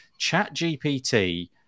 ChatGPT